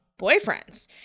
boyfriends